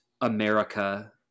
America